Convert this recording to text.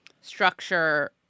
structure